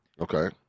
Okay